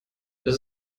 das